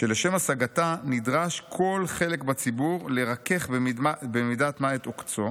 שלשם השגתה נדרש כל חלק מהציבור לרכך במידת מה את עוקצו